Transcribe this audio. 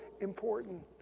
important